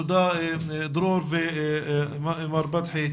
תודה דרור ומר בדחי,